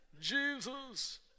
Jesus